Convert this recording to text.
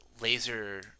laser